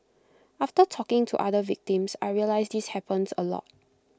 after talking to other victims I realised this happens A lot